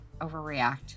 overreact